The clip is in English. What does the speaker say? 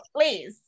please